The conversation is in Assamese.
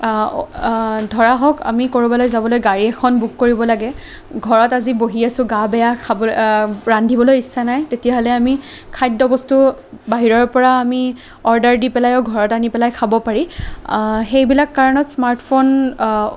ধৰা হওক আমি ক'ৰবালৈ যাবলৈ গাড়ী এখন বুক কৰিব লাগে ঘৰত আজি বহি আছোঁ গা বেয়া খাব ৰান্ধিবলৈ ইচ্ছা নাই তেতিয়াহ'লে আমি খাদ্য় বস্তু বাহিৰৰ পৰা আমি অৰ্ডাৰ দি পেলায়ো ঘৰত আনি পেলাই খাব পাৰি সেইবিলাক কাৰণত স্মাৰ্টফোন